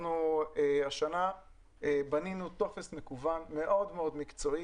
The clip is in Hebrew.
השנה בנינו טופס מקוון מאוד מאוד מקצועי